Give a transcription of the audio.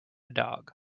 dog